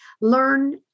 learn